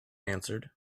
answered